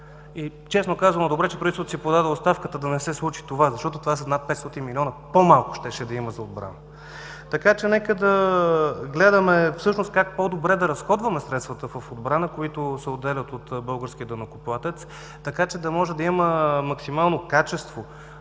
Честно казано, добре, че правителството си подаде оставка, за да не се случи това, защото това са над 500 млн. щеше да има по-малко за отбрана. Нека да гледаме как по-добре да разходваме средствата в отбрана, които се отделят от българския данъкоплатец, така че да може да има максимално качество